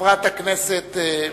חברת הכנסת אדטו.